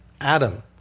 Adam